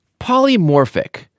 polymorphic